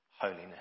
holiness